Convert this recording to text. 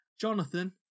Jonathan